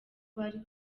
bari